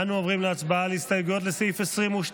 אנו עוברים להצבעה על הסתייגויות לסעיף 22,